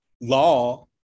law